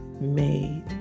made